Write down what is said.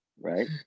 Right